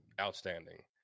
outstanding